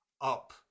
up